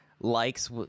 likes